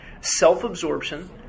Self-absorption